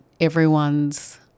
everyone's